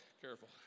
careful